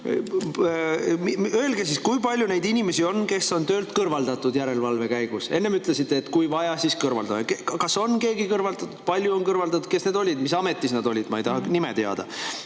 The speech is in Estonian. Öelge, kui palju on neid inimesi, kes on töölt kõrvaldatud järelevalve käigus! Enne ütlesite, et kui vaja, siis kõrvaldame töölt. Kas on keegi kõrvaldatud? Kui paljud on kõrvaldatud? Kes need olid, mis ametis nad olid? Ma ei taha nimesid teada.